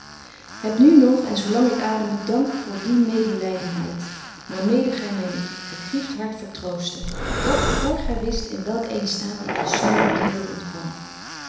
heb nu nog en zo lang ik ademe dank voor die medelydenheid waar mede gy myn betje wolff en aagje deken historie van mejuffrouw sara burgerhart gegrieft hart vertroostte ook vr gy wist in welk eenen staat ik den snoden kaerel ontkwam